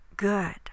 good